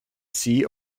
see